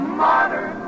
modern